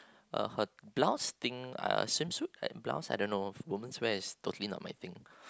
uh her blouse thing uh swimsuit and blouse I don't know women's wear is totally not my thing